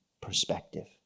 perspective